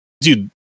Dude